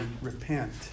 repent